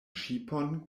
ŝipon